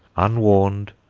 unwarned,